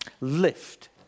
lift